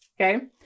Okay